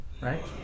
right